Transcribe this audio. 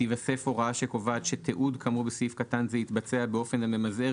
תיווסף הוראה שקובעת ש"תיעוד כאמור בסעיף קטן זה יתבצע באופן הממזער